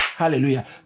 Hallelujah